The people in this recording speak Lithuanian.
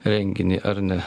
renginį ar ne